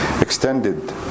extended